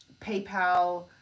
paypal